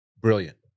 brilliant